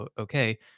okay